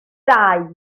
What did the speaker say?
dau